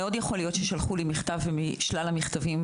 יכול להיות ששלחו לי מכתב ולא ראיתי אותו בין שלל המכתבים.